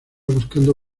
buscando